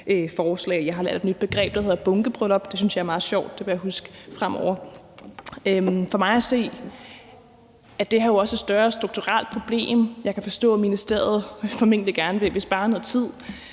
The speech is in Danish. Jeg har lært et nyt begreb, der hedder bunkebryllup. Det synes jeg er meget sjovt, det vil jeg huske fremover. For mig at se er det her jo også et større strukturelt problem. Jeg kan forstå, at ministeriet formentlig gerne vil spare noget tid.